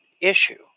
issue